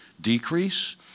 decrease